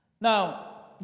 Now